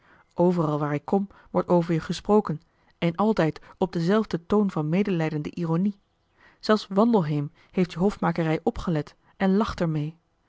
overal waar ik kom wordt over je gesproken en altijd op denzelfden toon van medelijdende ironie zelfs wandelheem heeft je hofmakerij opgelet en lacht er